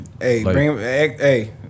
Hey